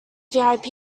vip